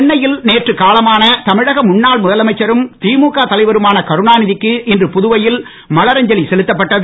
சென்னையில் நேற்று காலமான தமிழக முன்னாள் முதலமைச்சரும் திமுக தலைவருமான கருணாந்திக்கு இன்று புதுவையில் மலரஞ்சலி செலுத்தப்பட்டது